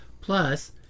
Plus